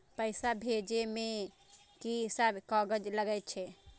पैसा भेजे में की सब कागज लगे छै?